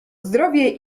zdrowie